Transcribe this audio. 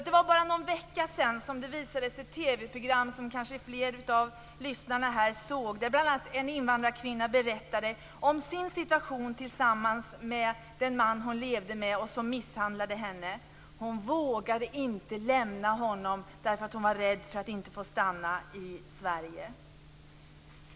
Det var bara någon vecka sedan det visades ett TV-program, som kanske fler av lyssnarna här såg, där en invandrarkvinna berättade om sin situation tillsammans med den man hon levde med och som misshandlade henne. Hon vågade inte lämna honom därför att hon var rädd för att hon inte skulle få stanna i Sverige.